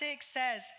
says